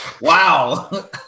Wow